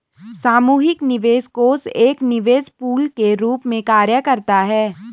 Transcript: सामूहिक निवेश कोष एक निवेश पूल के रूप में कार्य करता है